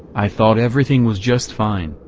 i thought everything was just fine,